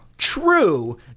True